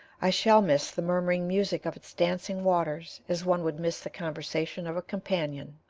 i shall miss the murmuring music of its dancing waters as one would miss the conversation of a companion.